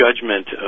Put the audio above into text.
judgment